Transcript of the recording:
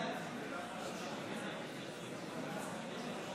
הצעת האי-אמון מטעם סיעת יש עתיד לא